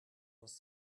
was